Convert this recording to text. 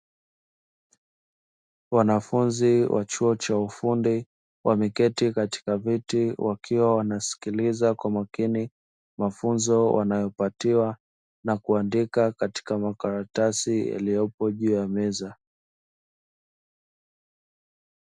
Wanafunzi wa chuo cha ufundi wameketi katika viti wakiwa wanasikiliza kwa makini mafunzo wanayopatiwa, na kuandika katika makaratasi yaliyopo juu ya meza.